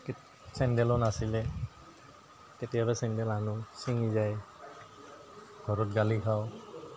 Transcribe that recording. চেণ্ডেলো নাছিলে কেতিয়াবা চেণ্ডেল আনো চিঙি যায় ঘৰত গালি খাওঁ